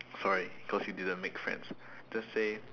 sorry cause you didn't make friends just say